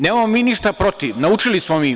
Nemamo mi ništa protiv, naučili smo mi.